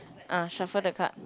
ah shuffle the card